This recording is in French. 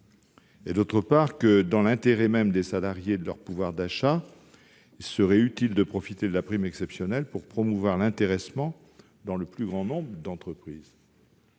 la sécurité sociale. Dans l'intérêt même des salariés et de leur pouvoir d'achat, il serait utile de profiter de cette prime pour promouvoir l'intéressement dans le plus grand nombre d'entreprises.